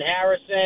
Harrison